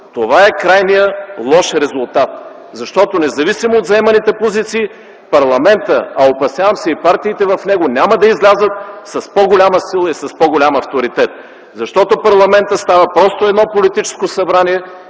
Това е крайният лош резултат, защото независимо от заеманите позиции парламентът, а опасявам се и партиите в него, няма да излязат с по-голяма сила и с по-голям авторитет, защото парламентът става просто едно политическо събрание